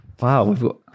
Wow